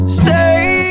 stay